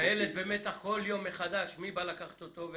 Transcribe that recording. והילד במתח כל יום מחדש מי בא לקחת אותו.